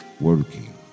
working